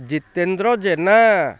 Jitendra Jena